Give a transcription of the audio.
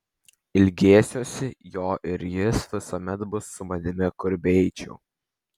ilgėsiuosi jo ir jis visuomet bus su manimi kur beeičiau